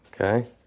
Okay